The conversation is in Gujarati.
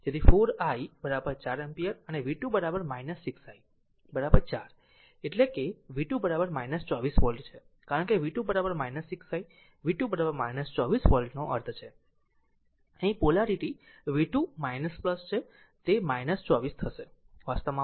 તેથી 4 i i 4 ampere અને v 2 6 i 4 કે v 2 24 વોલ્ટ છે કારણ કે v 2 6 i v 2 24 વોલ્ટનો અર્થ છે અહીં પોલારીટી v 2 છે તે છે 24 થશે વાસ્તવમાં છે